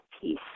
peace